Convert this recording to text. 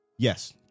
Yes